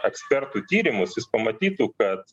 ekspertų tyrimus jis pamatytų kad